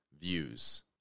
views